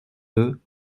deux